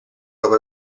dopo